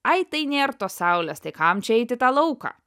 ai tai nėr tos saulės tai kam čia eit į lauką